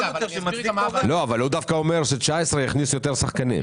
הוא אומר ש-2019 תכניס יותר עסקים.